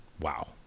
Wow